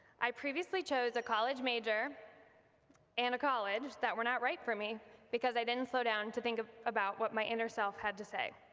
i previously chose a college major and a college that were not right for me because i didn't slow down to think ah about what my inner self had to say.